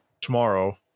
tomorrow